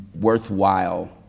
worthwhile